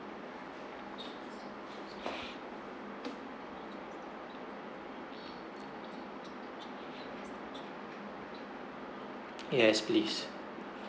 yes please